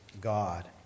God